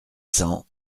cents